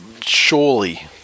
surely